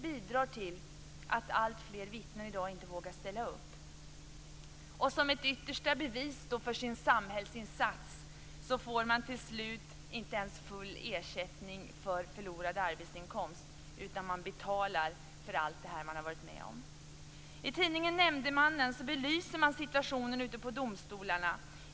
bidrar till att alltfler inte vågar ställa upp som vittnen. Som ett yttersta bevis för sin samhällsinsats får man dessutom inte full ersättning för förlorad arbetsinkomst, utan vittnet får betala för allt man varit med om. I tidningen Nämndemannen belyses situationen ute på domstolarna.